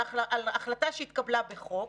על החלטה שהתקבלה בחוק,